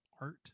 art